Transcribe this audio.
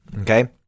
okay